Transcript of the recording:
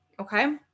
Okay